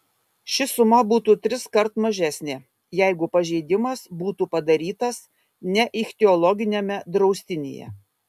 ši suma būtų triskart mažesnė jeigu pažeidimas būtų padarytas ne ichtiologiniame draustinyje